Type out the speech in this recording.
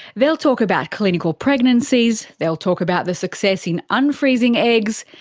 they'll talk about clinical pregnancies, they'll talk about the success in unfreezing eggs,